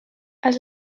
als